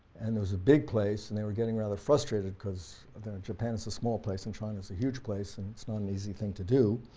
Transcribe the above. and it was a big place and they were getting rather frustrated because in japan it's a small place, in china it's a huge place, and it's not an easy thing to do.